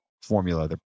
formula